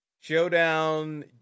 showdown